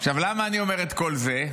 למה אני אומר את כל זה?